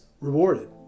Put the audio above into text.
rewarded